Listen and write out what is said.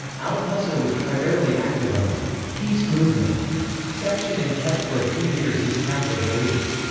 althusser was primarily active on the peace movement section and kept for a few years his catholic beliefs.